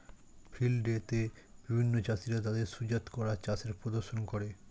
field day তে বিভিন্ন চাষীরা তাদের সুজাত করা চাষের প্রদর্শন করে